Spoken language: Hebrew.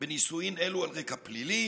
בנישואים אלה על רקע פלילי